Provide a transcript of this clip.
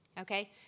Okay